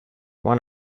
one